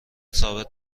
ثابت